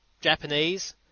Japanese